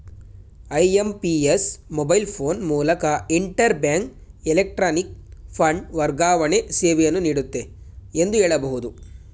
IMPS mobile phone ಮೂಲಕ inter bank electronic fund ವರ್ಗಾವಣೆ ಸೇವೆಯನ್ನು ನೀಡುತ್ತೆ ಎಂದು ಹೇಳಬಹುದು